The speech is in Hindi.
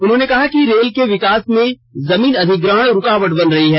उन्होंने कहा कि रेल के विकास में जमीन अधिग्रहण रूकावट बन रही है